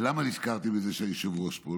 ולמה נזכרתי בזה כשהיושב-ראש פה?